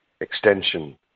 extension